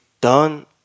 done